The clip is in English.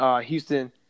Houston